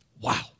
Wow